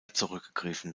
zurückgegriffen